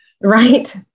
Right